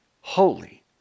holy